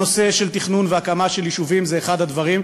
הנושא של תכנון והקמה של יישובים הוא אחד הדברים,